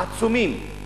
העצומים,